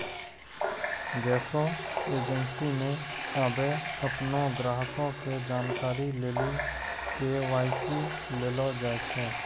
गैसो एजेंसी मे आबे अपनो ग्राहको के जानकारी लेली के.वाई.सी लेलो जाय छै